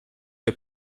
her